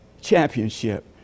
championship